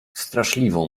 straszliwą